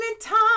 time